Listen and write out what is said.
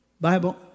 Bible